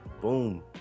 Boom